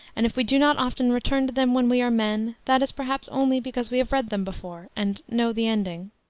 and if we do not often return to them when we are men, that is perhaps only because we have read them before, and know the ending.